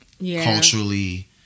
culturally